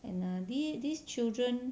and err these these children